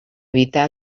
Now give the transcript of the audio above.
evitar